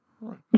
right